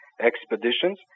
expeditions